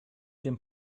dem